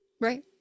Right